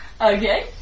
Okay